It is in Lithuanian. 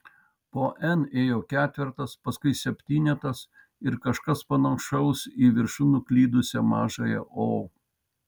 po n ėjo ketvertas paskui septynetas ir kažkas panašaus į viršun nuklydusią mažąją o